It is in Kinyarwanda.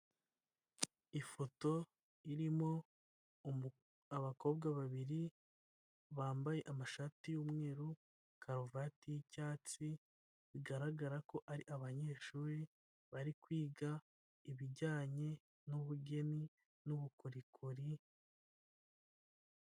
Ifoto irimo abakobwa babiri bambaye amashati y'umweru, karuvati y'icyatsi bigaragara ko ari abanyeshuri bari kwiga ibijyanye n'ubugeni n'ubukorikori.